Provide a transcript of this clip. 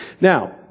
now